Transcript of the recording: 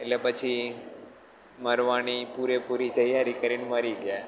એટલે પછી મરવાની પૂરેપૂરી તૈયારી કરીને મરી ગયા